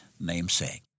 namesake